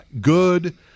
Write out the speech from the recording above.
good